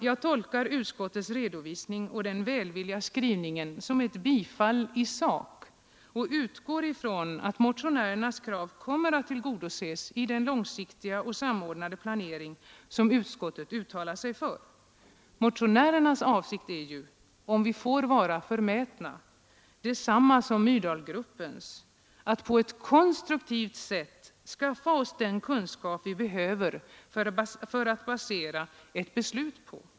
Jag tolkar utskottets redovisning och den välvilliga skrivningen som ett tillstyrkande i sak och utgår från att motionärernas krav kommer att tillgodoses i den långsiktiga och samordnade planering som utskottet har uttalat sig för. Motionärernas avsikt är ju — om vi får vara så förmätna — densamma som Myrdalgruppens, nämligen att på ett konstruktivt sätt skaffa oss den kunskap vi behöver för att basera ett beslut på.